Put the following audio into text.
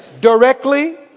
directly